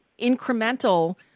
incremental